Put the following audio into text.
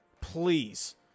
Please